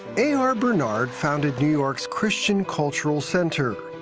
a r. bernard founded new york's christian cultural center.